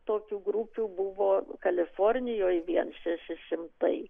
tokių grupių buvo kalifornijoj vien šeši šimtai